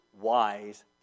wise